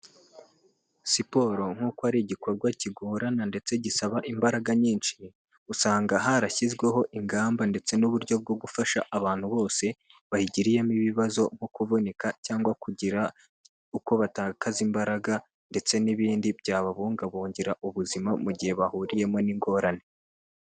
Siporo nkuko ari igikorwa kigorana ndetse gisaba imbaraga nyinshi, usanga harashyizweho ingamba ndetse n'uburyo bwo gufasha abantu bose bayigiriyemo ibibazo nko kuvunika cyangwa kugira uko batakaza imbaraga ndetse n'ibindi byababungabungira ubuzima mu gihe bahuriyemo n'ingorane.